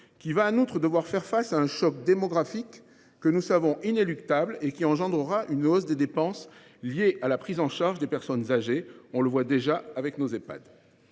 qui devra en outre faire face à un choc démographique que nous savons inéluctable et qui engendrera une hausse des dépenses liées à la prise en charge des personnes âgées, comme on le voit déjà dans les Ehpad.